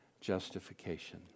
justification